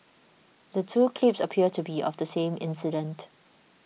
the two clips appear to be of the same incident